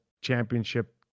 championship